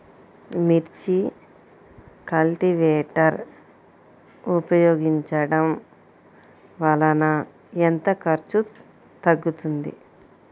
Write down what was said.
మిర్చి కల్టీవేటర్ ఉపయోగించటం వలన ఎంత ఖర్చు తగ్గుతుంది?